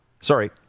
Sorry